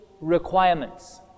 requirements